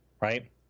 right